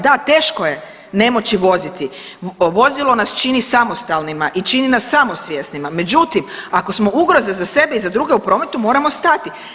Da, teško je ne moći voziti, vozilo nas čini samostalnima i čini nas samosvjesnima, međutim ako smo ugroza za sebe i za druge u prometu moramo stati.